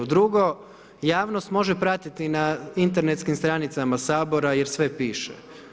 Drugo javnost može pratiti na internetskim stranicama Sabora jer sve piše.